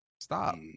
stop